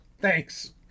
Thanks